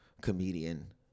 comedian